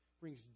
brings